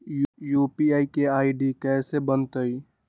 UPI के ID कैसे बनतई?